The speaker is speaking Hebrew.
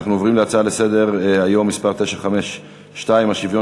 נעבור להצעות לסדר-היום בנושא: השוויון